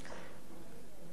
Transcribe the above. לשבוע מרוכז,